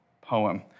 poem